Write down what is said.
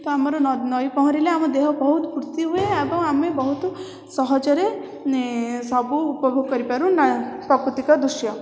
ତ ଆମର ନ ନଈ ପହଁରିଲେ ଆମ ଦେହ ବହୁତ ଫୁର୍ତ୍ତି ହୁଏ ଏବଂ ଆମେ ବହୁତ ସହଜରେ ସବୁ ଉପଭୋଗ କରିପାରୁ ନା ପ୍ରାକୃତିକ ଦୃଶ୍ୟ